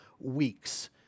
weeks